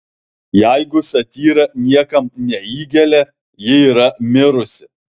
jeigu satyra niekam neįgelia ji yra mirusi